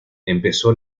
empezó